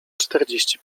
czterdzieści